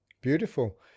Beautiful